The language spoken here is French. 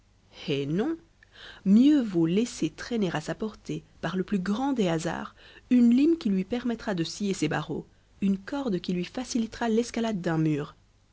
non mieux vaut laisser traîner à sa portée par le plus grand des hasards une lime qui lui permettra de scier ses barreaux une corde qui lui facilitera l'escalade d'un mur